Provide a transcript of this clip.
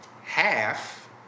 half